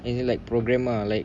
and it like program ah like